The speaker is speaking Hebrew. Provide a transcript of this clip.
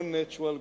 no natural growth.